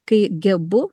kai gebu